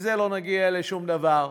מזה לא נגיע לשום דבר.